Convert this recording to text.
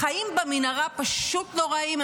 החיים במנהרה פשוט נוראיים,